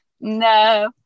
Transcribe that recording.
No